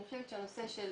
אני חושבת שהנושא של